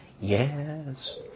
Yes